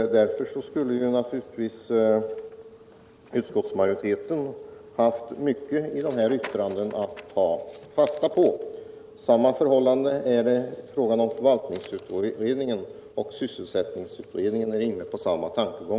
Även förvaltningsutredningen och sysselsättningsutredningen är inne på samma tankegångar. Utskottsmajoriteten borde alltså ha haft mycket att hämta ur dessa yttranden.